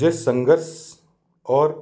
जिस संघर्ष और